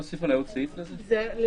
אני